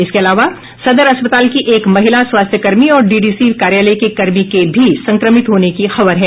इसके अलावा सदर अस्पताल की एक महिला स्वास्थय कर्मी और डीडीसी कार्यालय के कर्मी के भी संक्रमित होने की खबर है